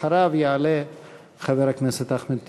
ואחריו יעלה חבר הכנסת אחמד טיבי.